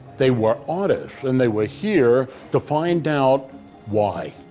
they were artists and they were here to find out why.